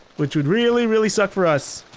which would really really suck for us.